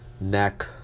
neck